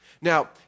Now